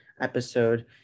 episode